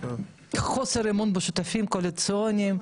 חוסר אמון בשותפים הקואליציוניים,